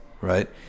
right